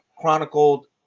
chronicled